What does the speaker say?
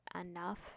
enough